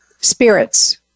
spirits